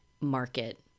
market